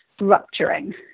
rupturing